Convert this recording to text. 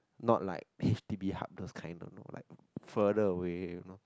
not like H_D_B hub this kind no no like further away you know